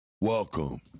welcome